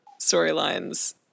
storylines